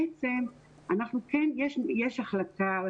בעצם יש החלטה.